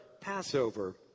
Passover